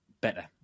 better